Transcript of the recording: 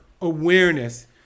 awareness